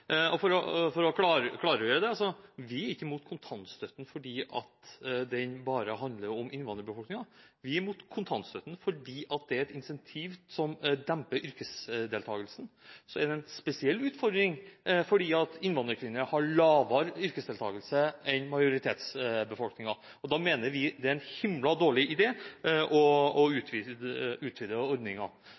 For å klargjøre det: Vi er ikke imot kontantstøtten fordi den bare handler om innvandrerbefolkningen, vi er imot kontantstøtten fordi den er et insentiv som demper yrkesdeltakelsen. Så er det en spesiell utfordring fordi innvandrerkvinner har lavere yrkesdeltakelse enn majoritetsbefolkningen, og da mener vi det er en himla dårlig idé å utvide